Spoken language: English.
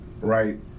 right